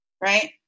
Right